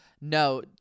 No